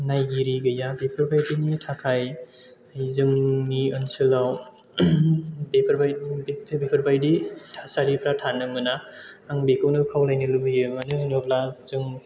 नायगिरि गैया बेफोरबायदिनि थाखाय जोंनि ओनसोलाव बेफोरबायदि थासारिफोरा थानो मोना आं बेखौनो खावलायनो लुबैयो मानो होनोब्ला जों